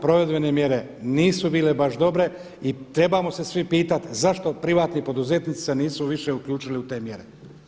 Provedbene mjere nisu baš bile dobre i trebamo se svi pitati zašto privatni poduzetnici se nisu više uključili u te mjere.